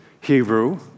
Hebrew